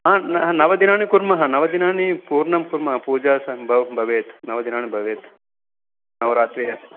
हा नवदिनानि कुर्मः नवदिनानि पूर्णं कुर्मः पूजा सं ब भवेत् नवदिनानि भवेत् नवरात्रेः